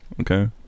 Okay